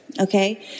Okay